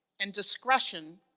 and discretion,